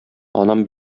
анам